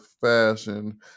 fashion